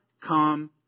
come